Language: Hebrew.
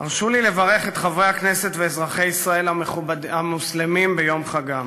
הרשו לי לברך את חברי הכנסת ואזרחי ישראל המוסלמים ביום חגם.